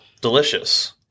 delicious